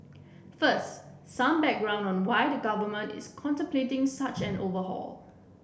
first some background on why the government is contemplating such an overhaul